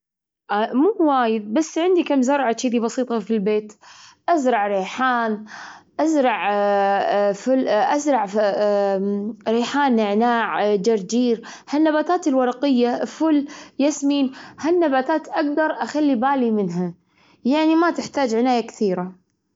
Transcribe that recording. أنا أتحدث العربية والانجليزية، وأحب أمارسهم يوميا.